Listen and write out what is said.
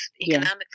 economically